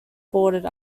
boarded